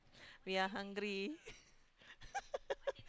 we are hungry